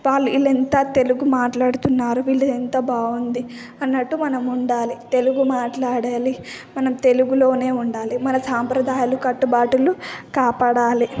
వాళ్ళు వీళ్ళెంత తెలుగు మాట్లాడుతున్నారు వీళ్ళది ఎంత బాగుంది అన్నట్టు మనం ఉండాలి తెలుగు మాట్లాడాలి మనం తెలుగులోనే ఉండాలి మన సాంప్రదాయాలు కట్టుబాటులు కాపాడాలి